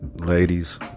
ladies